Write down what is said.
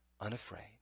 unafraid